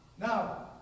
Now